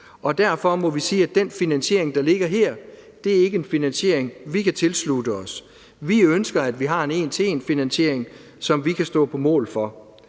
og derfor må vi sige, at den finansiering, der ligger her, ikke er en finansiering, vi kan tilslutte os. Vi ønsker, at vi har en en til en-finansiering, som vi kan stå på mål for,